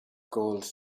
gold